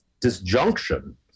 disjunction